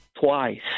twice